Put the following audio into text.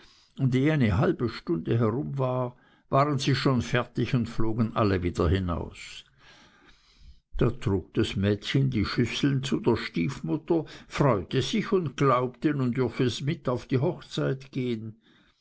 ehe eine halbe stunde herum war waren sie schon fertig und flogen alle wieder hinaus da trug das mädchen die schüsseln zu der stiefmutter freute sich und glaubte nun dürfte es mit auf die hochzeit gehen